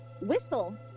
whistle